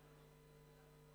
אין לו